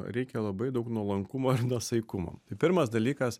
reikia labai daug nuolankumo ir nuosaikumo tai pirmas dalykas